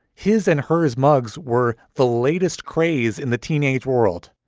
his and hers mugs were the latest craze in the teenage world,